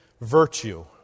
virtue